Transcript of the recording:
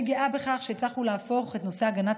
אני גאה בכך שהצלחנו להפוך את נושא הגנת